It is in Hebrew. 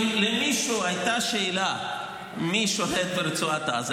אז אם למישהו הייתה שאלה מי שולט ברצועת עזה,